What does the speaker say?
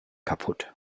kapput